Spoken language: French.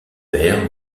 père